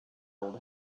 old